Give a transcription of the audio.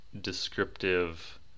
descriptive